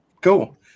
cool